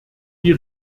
die